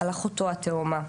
על אחותו התאומה.